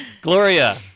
Gloria